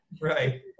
Right